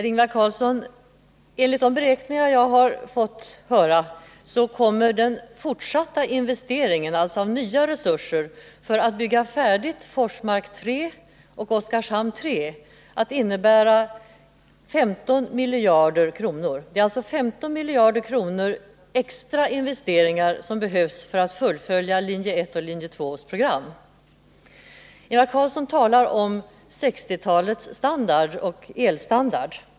Herr talman! Enligt de beräkningar jag har fått del av så kommer, Ingvar Carlsson, den fortsatta investeringen i nya resurser för att bygga färdigt Forsmark 3 och Oskarshamn 3 att omfatta 15 miljarder kronor, Det är alltså ytterligare investeringar på 15 miljarder kronor som behövs för att fullfölja linje 1:s och linje 2:s program. Ingvar Carlsson talade om 1960-talets elstandard.